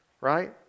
right